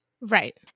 Right